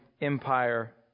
empire